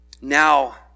Now